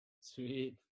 sweet